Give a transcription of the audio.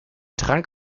trank